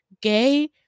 gay